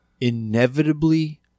inevitably